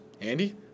Andy